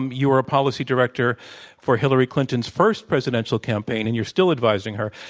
you were a policy director for hillary clinton's first presidential campaign and you're still advising her.